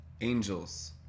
angels